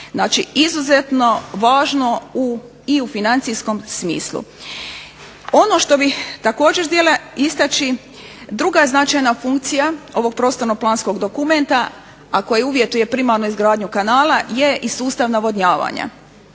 Znači izuzetno važno i u financijskom smislu. Ono što bih također htjela istaći, druga značajna funkcija ovog prostorno-planskog dokumenta, a koje uvjetuje primarno izgradnju kanala je i sustav navodnjavanja